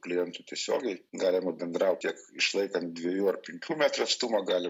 klientų tiesiogiai galima bendraut tiek išlaikant dviejų ar penkių metrų atstumą gali